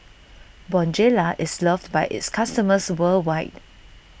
Bonjela is loved by its customers worldwide